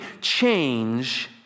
change